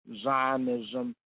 Zionism